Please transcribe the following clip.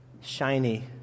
shiny